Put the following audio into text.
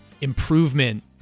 improvement